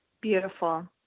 Beautiful